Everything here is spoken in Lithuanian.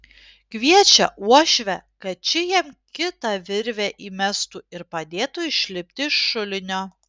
kviečia uošvę kad ši jam kitą virvę įmestų ir padėtų išlipti iš šulinio